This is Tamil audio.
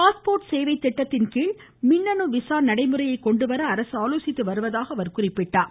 பாஸ்போர்ட் சேவை திட்டத்தின் கீழ் மின்னணு விசா நடைமுறையையும் கொண்டு வர அரசு ஆலோசித்து வருவதாக குறிப்பிட்டார்